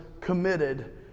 committed